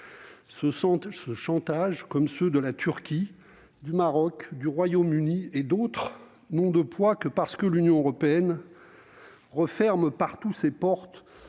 ce chantage, comme ceux de la Turquie, du Maroc, du Royaume-Uni et d'autres, n'a de poids que parce que l'Union européenne referme partout ses portes